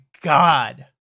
God